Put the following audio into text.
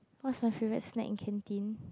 what's my favourite snack in canteen